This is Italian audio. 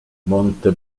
monte